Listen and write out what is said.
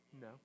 No